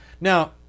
Now